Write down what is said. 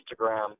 Instagram